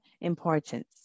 importance